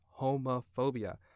homophobia